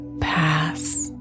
pass